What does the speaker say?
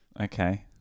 okay